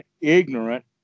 ignorant